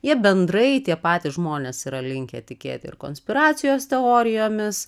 jie bendrai tie patys žmonės yra linkę tikėti ir konspiracijos teorijomis